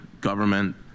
government